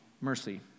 mercy